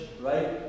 right